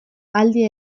alde